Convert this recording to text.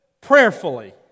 prayerfully